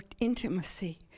intimacy